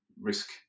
risk